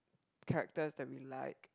characters they like